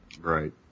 Right